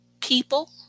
people